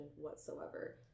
whatsoever